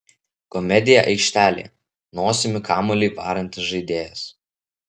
komedija aikštelėje nosimi kamuolį varantis žaidėjas